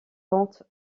ventes